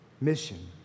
mission